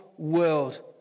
world